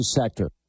sector